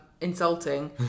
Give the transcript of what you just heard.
Insulting